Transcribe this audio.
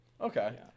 Okay